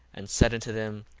and said unto them,